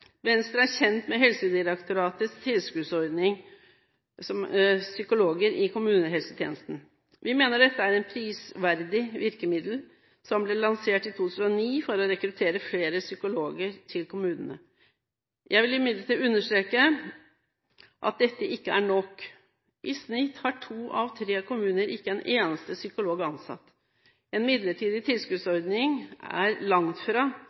Venstre er kjent med Helsedirektoratets tilskuddsordning til psykologer i kommunehelsetjenesten. Vi mener dette er et prisverdig virkemiddel som ble lansert i 2009 for å rekruttere flere psykologer til kommunene. Jeg vil imidlertid understreke at dette ikke er nok. I snitt har to av tre kommuner ikke én eneste psykolog ansatt. En midlertidig tilskuddsordning er langt